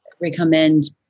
recommend